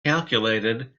calculated